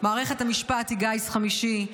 "מערכת המשפט היא גיס חמישי",